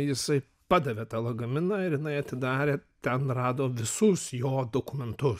jisai padavė tą lagaminą ir jinai atidarė ten rado visus jo dokumentus